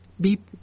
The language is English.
beep